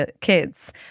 Kids